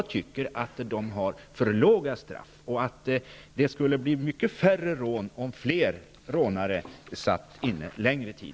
Jag tycker att man dömer ut för låga straff. Det skulle bli mycket färre rån om fler rånare satt inne längre tid.